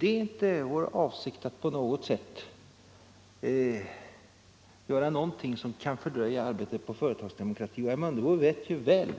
Det är inte vår avsikt att på något sätt göra någonting som kan fördröja arbetet med företagsdemokratin, och herr Mundebo vet mycket väl